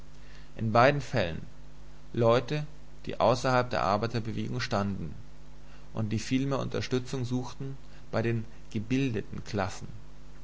in beiden fällen leute die außerhalb der arbeiterbewegung standen und die vielmehr unterstützung suchten bei den gebildeten klassen